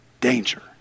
danger